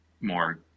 more